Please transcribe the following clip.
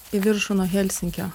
į viršų nuo helsinkio